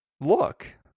Look